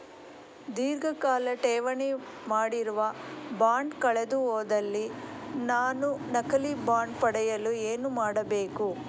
ಧೀರ್ಘಕಾಲ ಠೇವಣಿ ಮಾಡಿರುವ ಬಾಂಡ್ ಕಳೆದುಹೋದಲ್ಲಿ ನಾನು ನಕಲಿ ಬಾಂಡ್ ಪಡೆಯಲು ಏನು ಮಾಡಬೇಕು?